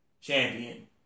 champion